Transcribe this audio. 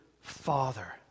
father